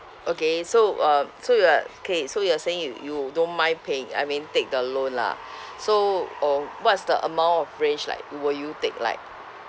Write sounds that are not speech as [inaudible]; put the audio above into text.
okay so uh so you are okay so you are saying you you don't mind paying I mean take the loan lah [breath] so uh what's the amount of range like you will you take like